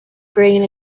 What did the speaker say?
green